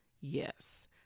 yes